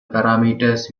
parameters